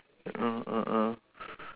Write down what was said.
mm mm mm